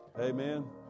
Amen